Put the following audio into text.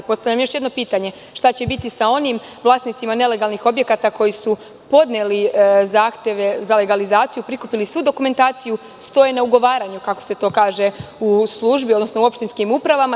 Postavljam još jedno pitanje – šta će biti sa onim vlasnicima nelegalnih objekata koji su podneli zahteve za legalizaciju, prikupili svu dokumentaciju, stoje na ugovaranju, kako se to kaže u službi, odnosno u opštinskim upravama?